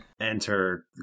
enter